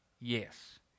Yes